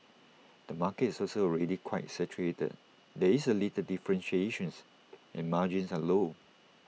the market is also already quite saturated there is A little differentiation's and margins are low